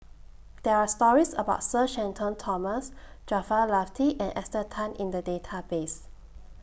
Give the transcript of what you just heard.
There Are stories about Sir Shenton Thomas Jaafar Latiff and Esther Tan in The Database